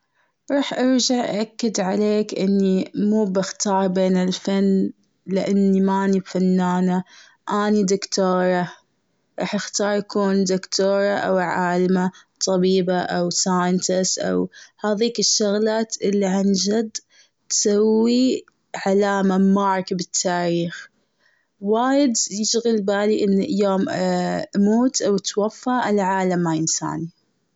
رح ارجع أأكد عليك إني مو بختار بين الفن، لأني ماني فنانة. أني دكتورة رح اختار اكون دكتورة أو عالمة، طبيبة أو scientist أو هذيك الشغلات اللي عن جد تسوي علامة mark بالتاريخ. وايد ينشغل بالي أني يوم اموت أو اتوفى، العالم ما انساني.